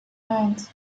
eins